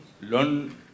learn